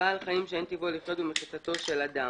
בעל חיים שאין טבעו לחיות במחיצתו של אדם,